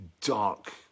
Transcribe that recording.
dark